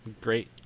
Great